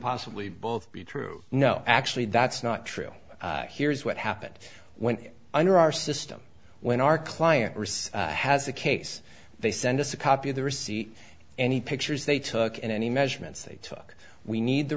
possibly both be true no actually that's not true here's what happened when under our system when our client has a case they send us a copy of the receipt any pictures they took and any measurements they took we need the